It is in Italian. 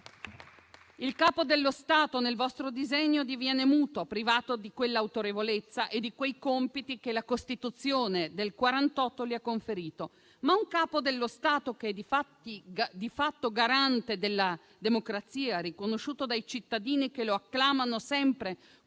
Il Capo dello Stato nel vostro disegno diviene muto, privato di quell'autorevolezza e di quei compiti che la Costituzione del '48 gli ha conferito. Ma un Capo dello Stato che è di fatto garante della democrazia, riconosciuto dai cittadini che lo acclamano sempre